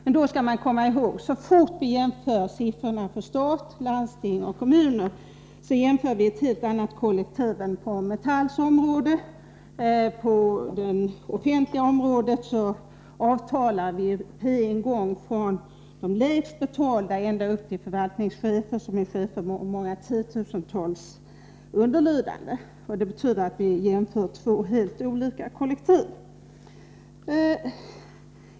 Men härvidlag skall man komma ihåg att så snart vi jämför siffrorna för stat, landsting och kommuner så jämför vi med ett helt annat kollektiv än det på Metalls område. På det offentliga området avtalar man på en gång, från de lägst betalda och ända upp till förvaltningscheferna som är chefer för många tiotusental underlydande. Det betyder att vi jämför två helt olika kollektiv.